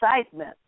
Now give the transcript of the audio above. excitement